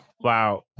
Wow